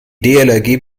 dlrg